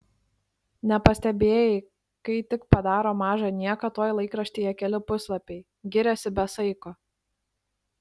nepastebėjai kai tik padaro mažą nieką tuoj laikraštyje keli puslapiai giriasi be saiko